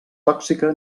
tòxica